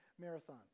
marathon